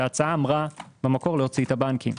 וההצעה אמרה במקור להוציא את הבנקים.